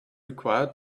required